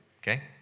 Okay